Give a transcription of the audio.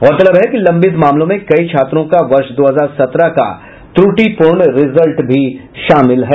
गौरतलब है कि लंबित मामलों में कई छात्रों का वर्ष दो हजार सत्रह का त्रुटीपूर्ण रिजल्ट भी शामिल हैं